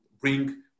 bring